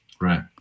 Right